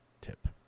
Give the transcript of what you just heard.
tip